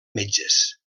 metges